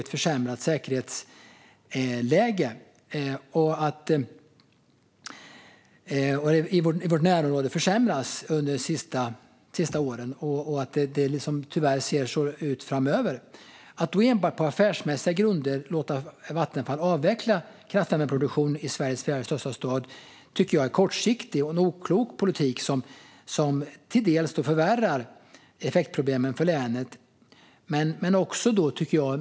Dessutom har säkerhetsläget i vårt närområde försämrats under de senaste åren, och tyvärr ser det ut så framöver. Att då på enbart affärsmässiga grunder låta Vattenfall avveckla kraftvärmeproduktion i Sveriges fjärde största stad tycker jag är en kortsiktig och oklok politik som till dels förvärrar effektproblemen för länet.